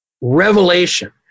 revelation